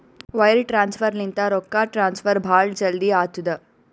wire transfer ಲಿಂತ ರೊಕ್ಕಾ transfer ಭಾಳ್ ಜಲ್ದಿ ಆತ್ತುದ